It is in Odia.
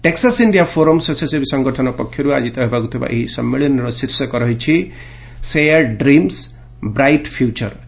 ଟେକ୍ସାସ୍ ଇଣ୍ଡିଆ ଫୋରମ୍ ସ୍ୱେଚ୍ଛାସେବୀ ସଂଗଠନ ପକ୍ଷରୁ ଆୟାଜିତ ହେବାକୁଥିବା ଏହି ସମ୍ମିଳନୀର ଶୀର୍ଷକ ରହିଛି 'ସେୟାର୍ଡ ଡ୍ରିମ୍ସ ବ୍ରାଇଟି ଫ୍ୟୁଚର୍'